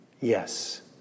Yes